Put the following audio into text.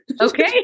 Okay